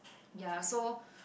ya so